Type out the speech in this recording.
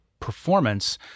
performance